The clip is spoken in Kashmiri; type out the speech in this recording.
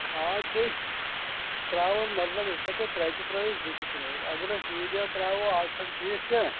کھاد چھِ أسۍ ترٛاوان مطلب أسۍ ہٮ۪کو ترٛےٚ تہِ ترٲیِتھ زٕ تہِ ترٲیِتھ اگر اَسہِ یوٗریا ترٛاوَو آز چھَنہٕ ٹھیٖک کینٛہہ